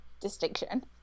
distinction